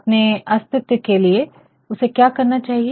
अपने अस्तित्व के लिए उसे क्या करना चाहिए